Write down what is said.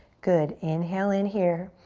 good, inhale in here.